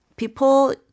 People